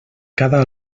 cada